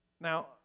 Now